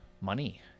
money